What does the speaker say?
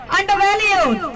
undervalued